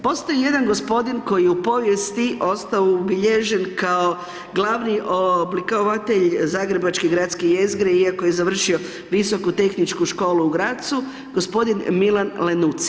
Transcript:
Postoji jedan gospodin koji je u povijesti ostao ubilježen kao glavni oblikovatelj zagrebačke gradske jezgre iako je završio Visoku tehničku školu u Grazu, gospodin Milan Lenuci.